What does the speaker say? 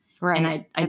Right